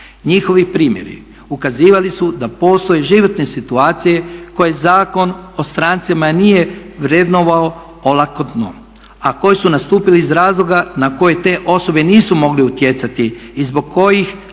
Njihovi primjeri ukazivali su da postoje životne situacije koje Zakon o strancima nije vrednovao olakotno, a koje su nastupili iz razloga na koje te osobe nisu mogle utjecati i zbog kojih ranije